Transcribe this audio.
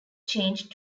change